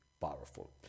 Powerful